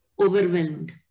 overwhelmed